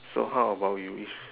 so how about you wish